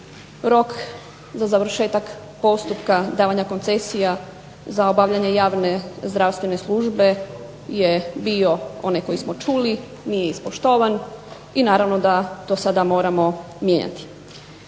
Rok za završetak postupka davanja koncesija za obavljanje javne zdravstvene službe je bio onaj koji smo čuli, nije ispoštovan i naravno da to sada moramo mijenjati.